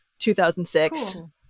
2006